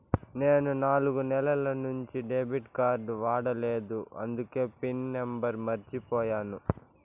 నేను నాలుగు నెలల నుంచి డెబిట్ కార్డ్ వాడలేదు అందికే పిన్ నెంబర్ మర్చిపోయాను